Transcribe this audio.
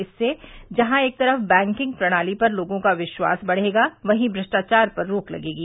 इससे जहां एक तरफ बैंकिंग प्रणाली पर लोगों का विश्वास बढ़ेगा वहीं भ्रष्टावार पर रोक लगेगी